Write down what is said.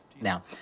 Now